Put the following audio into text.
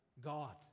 God